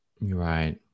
Right